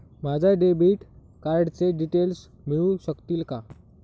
माझ्या डेबिट कार्डचे डिटेल्स मिळू शकतील का?